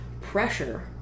pressure